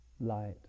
light